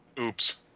Oops